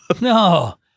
No